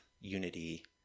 unity